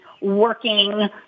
working